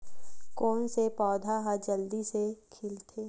कोन से पौधा ह जल्दी से खिलथे?